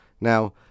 Now